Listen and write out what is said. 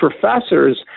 professors